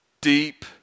deep